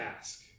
ask